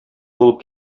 булып